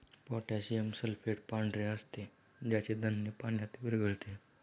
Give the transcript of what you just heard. potassium sulphate पांढरे असते ज्याचे धान्य पाण्यात विरघळते